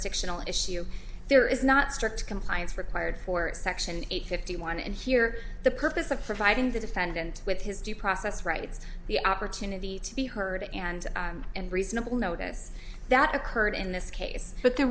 jurisdictional issue there is not strict compliance required for section eight fifty one and here the purpose of providing the defendant with his due process rights the opportunity to be heard and and reasonable notice that occurred in this case but there